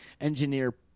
engineer